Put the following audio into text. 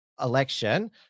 election